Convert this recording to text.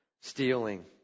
stealing